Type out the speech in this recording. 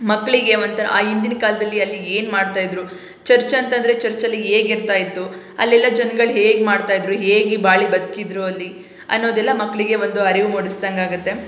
ಮಕ್ಕಳಿಗೆ ಒಂಥರ ಆ ಹಿಂದಿನ ಕಾಲದಲ್ಲಿ ಅಲ್ಲಿ ಏನು ಮಾಡ್ತಾ ಇದ್ರು ಚರ್ಚ್ ಅಂತಂದರೆ ಚರ್ಚಲ್ಲಿ ಹೇಗ್ ಇರ್ತಾ ಇತ್ತು ಅಲ್ಲೆಲ್ಲ ಜನ್ಗಳು ಹೇಗೆ ಮಾಡ್ತಾ ಇದ್ರು ಹೇಗೆ ಬಾಳಿ ಬದುಕಿದ್ರು ಅಲ್ಲಿ ಅನ್ನೋದೆಲ್ಲ ಮಕ್ಳಿಗೆ ಒಂದು ಅರಿವು ಮೂಡಿಸ್ದಂಗಾಗತ್ತೆ